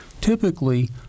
Typically